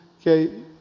okay